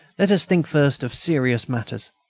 let us think first of serious matters.